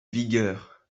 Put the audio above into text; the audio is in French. vigueur